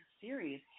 series